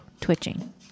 Twitching